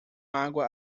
água